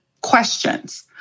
questions